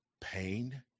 pain